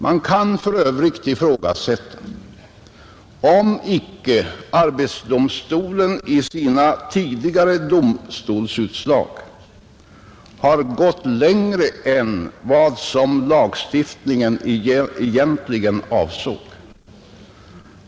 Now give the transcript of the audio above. Man kan för övrigt ifrågasätta, om icke arbetsdomstolen i sina tidigare domstolsutslag har gått längre än vad lagstiftningen egentligen avsåg.